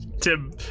Tim